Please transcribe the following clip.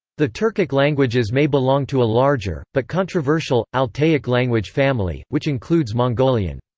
the turkic languages may belong to a larger, but controversial, altaic language family, which includes mongolian.